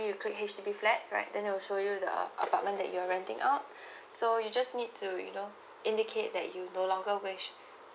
maybe you click H_D_B flats right then it will show you the apartment that you're renting out so you just need to you know indicate that you no longer wish